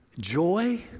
joy